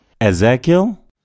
Ezekiel